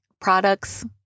products